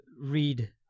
read